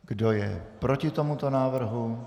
Kdo je proti tomuto návrhu?